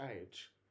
age